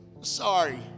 sorry